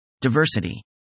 Diversity